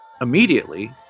Immediately